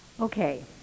Okay